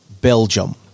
Belgium